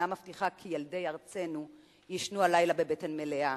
מבטיחה כי ילדי ארצנו יישנו הלילה בבטן מלאה.